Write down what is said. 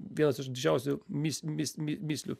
vienas iš didžiausių mįs mįs mįs mįslių